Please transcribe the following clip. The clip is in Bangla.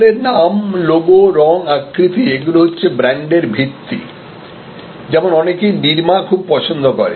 আসলে নাম লোগো রঙ আকৃতি এগুলি হচ্ছে ব্র্যান্ডের ভিত্তি যেমন অনেকেই নিরমা খুব পছন্দ করে